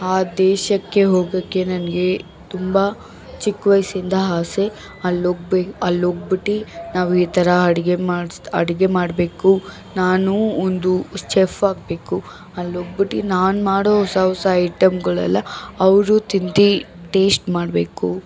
ಆ ದೇಶಕ್ಕೆ ಹೋಗೋಕ್ಕೆ ನನಗೆ ತುಂಬ ಚಿಕ್ಕ ವಯಸ್ಸಿಂದ ಆಸೆ ಅಲ್ಲೋಗ್ಬೇಕು ಅಲ್ಲೋಗ್ಬಿಟ್ಟು ನಾವು ಈ ಥರ ಅಡಿಗೆ ಮಾಡ್ಸಿ ಅಡಿಗೆ ಮಾಡಬೇಕು ನಾನು ಒಂದು ಚೆಫ್ ಆಗಬೇಕು ಅಲ್ಲೋಗ್ಬಿಟ್ಟು ನಾನು ಮಾಡೋ ಹೊಸ ಹೊಸ ಐಟಮ್ಗಳೆಲ್ಲ ಅವರು ತಿಂದು ಟೇಸ್ಟ್ ಮಾಡಬೇಕು